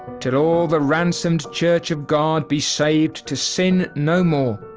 till all the ransomed church of god be saved to sin no more'